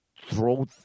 throw